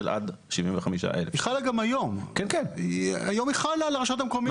עד 75,000. היא חלה גם היום על הרשויות המקומיות.